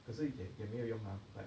可是一点也没有用啊 like